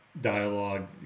dialogue